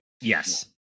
yes